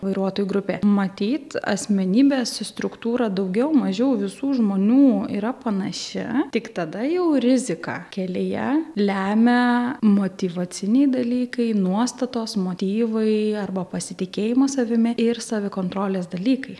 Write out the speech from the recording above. vairuotojų grupė matyt asmenybės struktūra daugiau mažiau visų žmonių yra panaši tik tada jau riziką kelyje lemia motyvaciniai dalykai nuostatos motyvai arba pasitikėjimo savimi ir savikontrolės dalykai